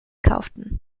kauften